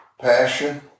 passion